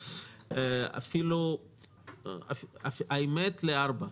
למען האמת, לארבע שנים.